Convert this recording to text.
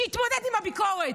שיתמודד עם הביקורת.